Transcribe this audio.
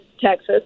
Texas